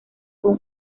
con